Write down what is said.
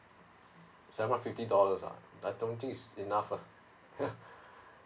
seven fifty dollars ah I don't think it's enough lah